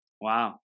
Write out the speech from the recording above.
Wow